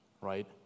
right